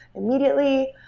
immediately.